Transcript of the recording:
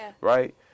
right